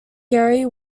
gerry